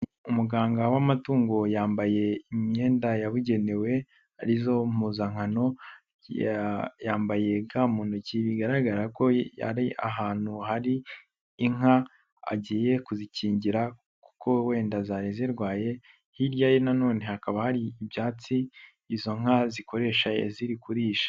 Umuganga w'amatungo yambaye imyenda yabugenewe ari zo mpuzankano, yambayega mu ntoki bigaragara ko ari ahantu hari inka agiye kuzikingira kuko wenda zari zirwaye, hirya ye nanone hakaba hari ibyatsi izo nka zikoresha ziri kuririsha.